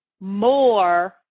more